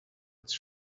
its